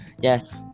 yes